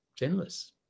endless